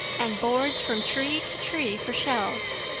and boards from tree to tree for shelves.